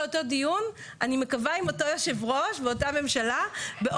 ת הסביבה לא יחולו על מפעלים שהממשלה תחליט